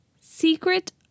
Secret